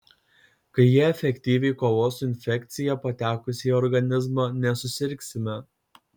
kai jie efektyviai kovos su infekcija patekusia į organizmą nesusirgsime